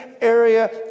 area